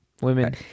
women